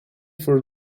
for